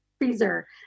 freezer